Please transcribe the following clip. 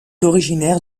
originaire